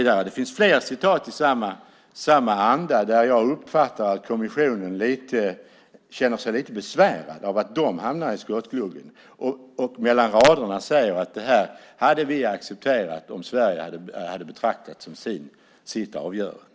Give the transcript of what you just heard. Det finns fler citat i samma anda, där jag uppfattar att kommissionen känner sig lite besvärad av att man hamnar i skottgluggen och mellan raderna säger att man hade accepterat det här om Sverige hade betraktat det som avgörande.